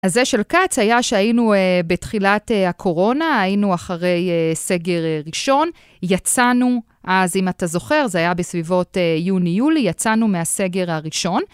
אז זה של כץ, היה שהיינו בתחילת הקורונה, היינו אחרי סגר ראשון, יצאנו, אז אם אתה זוכר, זה היה בסביבות יוני-יולי, יצאנו מהסגר הראשון.